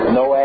no